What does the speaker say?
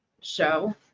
show